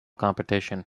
competition